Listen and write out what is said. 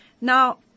Now